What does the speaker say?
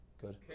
Good